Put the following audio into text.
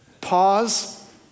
pause